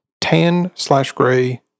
tan-slash-gray